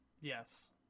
Yes